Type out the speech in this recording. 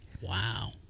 Wow